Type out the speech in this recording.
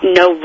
no